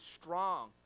strong